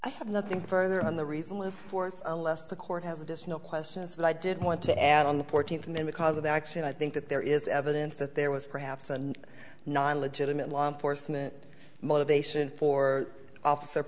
i have nothing further on the reason with force unless the court has additional questions that i didn't want to add on the fourteenth minute cause of action i think that there is evidence that there was perhaps and non legitimate law enforcement motivation for officer